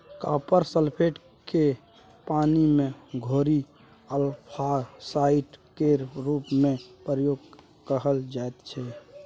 copper sulphate केँ पानि मे घोरि एल्गासाइड केर रुप मे प्रयोग कएल जाइत छै